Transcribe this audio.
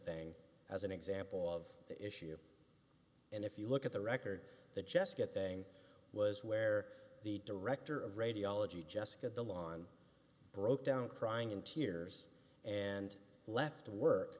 thing as an example of the issue and if you look at the record the jessica thing was where the director of radiology jessica the lawn broke down crying in tears and left work